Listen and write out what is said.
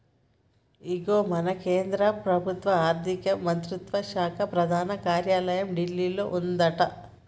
ఇగో మన కేంద్ర ప్రభుత్వ ఆర్థిక మంత్రిత్వ శాఖ ప్రధాన కార్యాలయం ఢిల్లీలో ఉందట